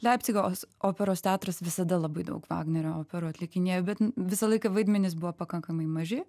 leipcigo operos teatras visada labai daug vagnerio operų atlikinėjo bet visą laiką vaidmenys buvo pakankamai maži